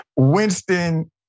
Winston